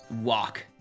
walk